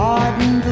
Pardon